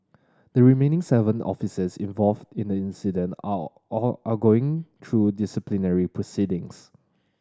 the remaining seven officers involved in the incident are going through disciplinary proceedings